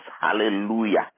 Hallelujah